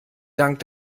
dank